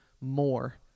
more